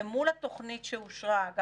למול התוכנית שאושרה אגב,